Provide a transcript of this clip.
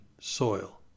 soil